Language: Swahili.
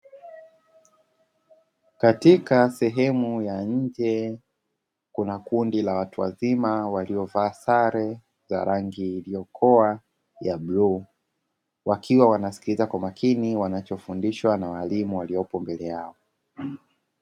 Katika sehemu ya nje kuna kundi la watu wazima walio vaa sare za rangi iliyokoa ya bluu, wakiwa wanasikiliza kwa makini wanachofundishwa na walimu waliopo mbele yao.